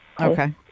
okay